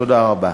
תודה רבה.